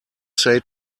say